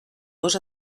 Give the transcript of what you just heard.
dos